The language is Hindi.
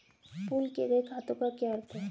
पूल किए गए खातों का क्या अर्थ है?